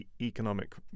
economic